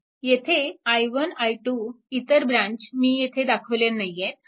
येथे i1 i 2 इतर branch मी येथे दाखवलेल्या नाहीत